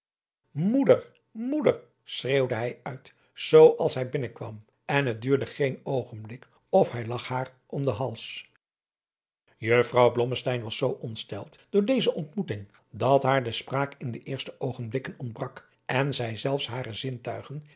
moeder moeder schreeuwde hij uit zoo als hij binnenkwam en het duurde geen oogenblik of hij lag haar om den hals juffrouw blommesteyn was zoo ontsteld door deze ontmoeting dat haar de spraak in de eerste oogenblikken ontbrak en zij zelfs hare zintuigen